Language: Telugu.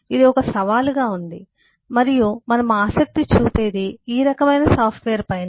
ఇది ఒక సవాలుగా ఉంది మరియు మనము ఆసక్తి చూపేది ఈ రకమైన సాఫ్ట్వేర్ పైనే